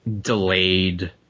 delayed